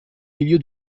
milieu